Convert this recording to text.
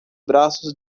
braços